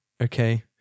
okay